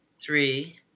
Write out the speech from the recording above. three